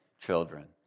children